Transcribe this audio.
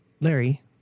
Larry